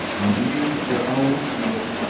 and viewed their own seal,